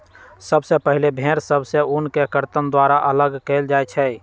सबसे पहिले भेड़ सभ से ऊन के कर्तन द्वारा अल्लग कएल जाइ छइ